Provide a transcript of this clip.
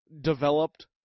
developed